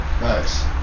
Nice